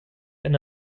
and